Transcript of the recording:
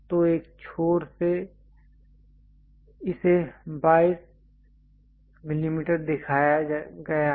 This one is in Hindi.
तो एक छोर से इसे 22 mm दिखाया गया है